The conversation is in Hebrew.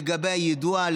לגבי היידוע,